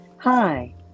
Hi